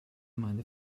meine